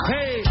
Hey